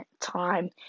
time